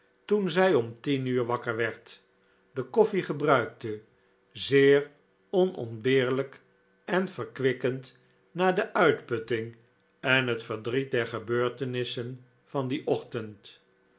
toen zij om tien uur wakker werd en koffle gebruikte zeer onontbeerlijk en verkwikkend na de uitputting en het verdriet der gebeurtenissen van dien ochtend